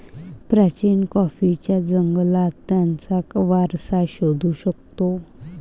प्राचीन कॉफीच्या जंगलात त्याचा वारसा शोधू शकतो